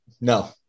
no